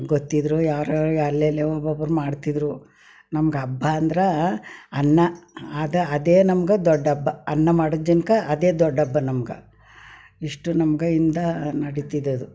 ಗೊತ್ತಿದ್ದರೂ ಯಾರೋ ಎಲ್ಲೆಲ್ಲೋ ಒಬ್ಬೊಬ್ಬರು ಮಾಡ್ತಿದ್ದರು ನಮ್ಗೆ ಹಬ್ಬ ಅಂದ್ರೆ ಅನ್ನ ಅದೆ ಅದೇ ನಮ್ಗೆ ದೊಡ್ಡಪ್ಪ ಅನ್ನ ಮಾಡೋ ಜನಕ್ಕೆ ಅದೇ ದೊಡ್ಡಪ್ಪ ನಮ್ಗೆ ಇಷ್ಟು ನಮ್ಗೆ ಇಂದ ನಡೀತಿದ್ದದ್ದು